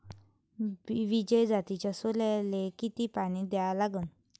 विजय जातीच्या सोल्याले किती पानी द्या लागन?